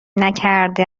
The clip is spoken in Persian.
نکرده